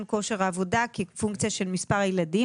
כושר העבודה כפונקציה של מספר הילדים.